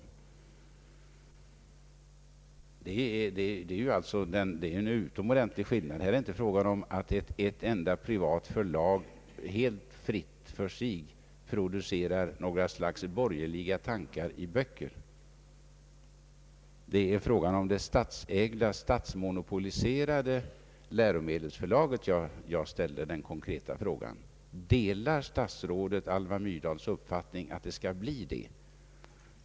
Här är det inte fråga om att ett enda privat förlag helt fritt för sig producerar något slags borgerliga tankar i böcker. Det är i fråga om det statsägda och statsmonopoliserade läroboksförlaget som jag ställde den konkreta frågan. Delar statsrådet Carlsson Alva Myrdals uppfattning att det skall bli så?